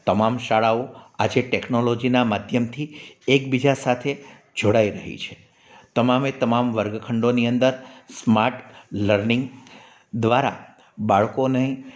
તમામ શાળાઓ આજે ટેકનોલોજીનાં માધ્યમથી એકબીજા સાથે જોડાઈ રહી છે તમામ તમામે વર્ગખંડોની અંદર સ્માર્ટ લર્નિંગ દ્વારા બાળકોને